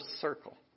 circle